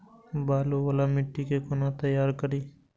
बालू वाला मिट्टी के कोना तैयार करी?